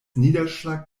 niederschlag